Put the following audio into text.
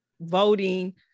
voting